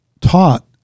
taught